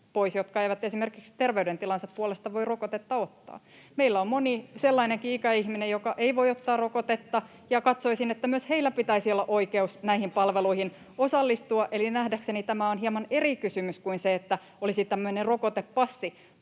jotka eivät esimerkiksi terveydentilansa puolesta voi rokotetta ottaa. Meillä on monia sellaisiakin ikäihmisiä, jotka eivät voi ottaa rokotetta, ja katsoisin, että myös heillä pitäisi olla oikeus näihin palveluihin osallistua, eli nähdäkseni tämä on hieman eri kysymys kuin se, että olisi tämmöinen rokotepassi.